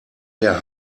der